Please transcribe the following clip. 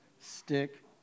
stick